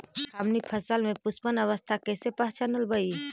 हमनी फसल में पुष्पन अवस्था कईसे पहचनबई?